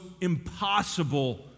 impossible